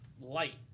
light